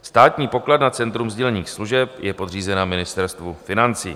Státní pokladna Centrum sdílených služeb je podřízena Ministerstvu financí.